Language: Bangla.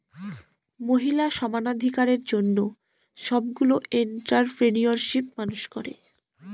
মহিলা সমানাধিকারের জন্য সবগুলো এন্ট্ররপ্রেনিউরশিপ মানুষ করে